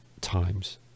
times